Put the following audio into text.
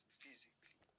physically